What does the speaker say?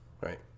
Right